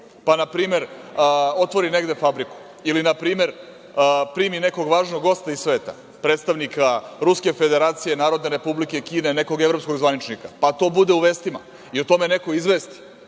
pa na primer, otvori negde fabriku ili npr. primi nekog važnog gosta iz sveta, predstavnika Ruske Federacije, Narodne Republike Kine, nekog evropskog zvaničnika, pa to bude u vestima i o tome neko izvesti,